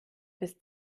bis